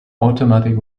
automatic